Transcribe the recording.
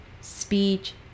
Speech